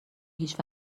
هیچ